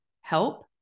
help